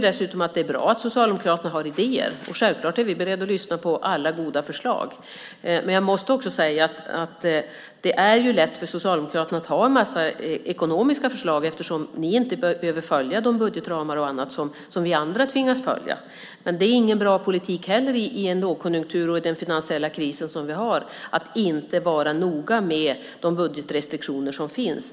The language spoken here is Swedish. Det är bra att Socialdemokraterna har idéer. Självklart är vi beredda att lyssna på alla goda förslag. Det är lätt för Socialdemokraterna att lägga fram en massa ekonomiska förslag eftersom de inte behöver följa de budgetramar som vi andra tvingas följa. Men det är ingen bra politik heller i en lågkonjunktur och i den finansiella kris som råder att inte vara noga med de budgetrestriktioner som finns.